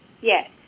Yes